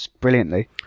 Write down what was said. brilliantly